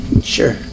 sure